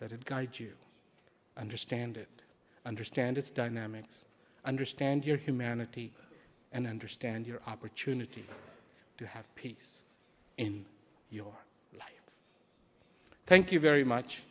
it guide you understand it understand its dynamics understand your humanity and understand your opportunity to have peace in your thank you very much